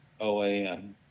OAN